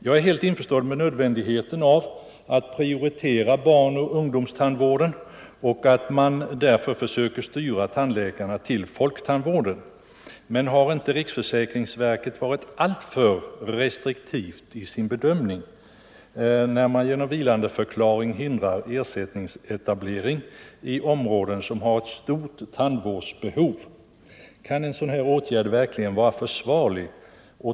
Jag är helt medveten om nödvändigheten av att prioritera barnoch ungdomstandvården och förstår att man därför försöker styra tandläkare till folktandvården, men har inte riksförsäkringsverket varit alltför restriktivt i sin bedömning när det genom vilandeförklaring hindrar ersättningsetablering i områden, som har stort tandvårdsbehov? Kan en sådan åtgärd verkligen vara försvarlig?